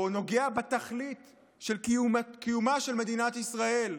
או נוגע בתכלית של קיומה של מדינת ישראל,